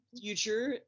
future